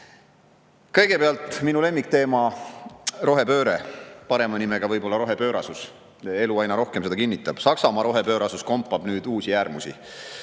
valik. Kõigepealt minu lemmikteema rohepööre, parema nimega rohepöörasus – elu aina rohkem seda kinnitab. Saksamaa rohepöörasus kompab nüüd uusi äärmusi.